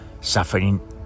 suffering